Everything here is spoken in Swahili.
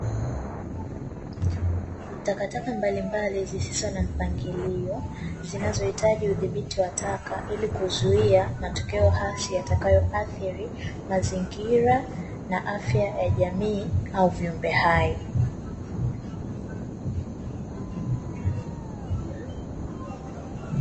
Takataka mbalimbali zisizo na mpangilio, zinazohitaji udhibiti wa taka, ili kuzuia matokeo hasi yatakayoathiri mazingira na afya ya jamii au viumbe hai.